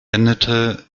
endete